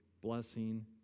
blessing